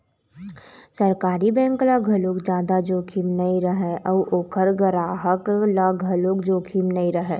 सरकारी बेंक ल घलोक जादा जोखिम नइ रहय अउ ओखर गराहक ल घलोक जोखिम नइ रहय